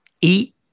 eat